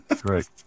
great